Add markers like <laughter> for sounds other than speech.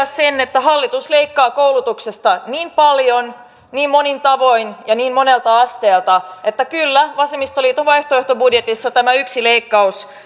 <unintelligible> sen että hallitus leikkaa koulutuksesta niin paljon niin monin tavoin ja niin monelta asteelta että kyllä vasemmistoliiton vaihtoehtobudjetissa tämä yksi leikkaus